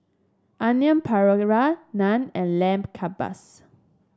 Onion Naan and Lamb Kebabs